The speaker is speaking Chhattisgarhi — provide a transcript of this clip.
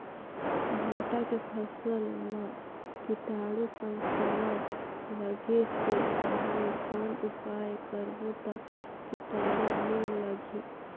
भांटा के फसल मां कीटाणु संक्रमण लगे से पहले कौन उपाय करबो ता कीटाणु नी लगही?